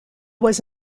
was